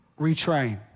retrain